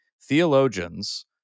theologians